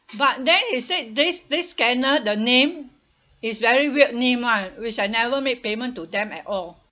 but then he said this this scammer the name is very weird name [one] which I never make payment to them at all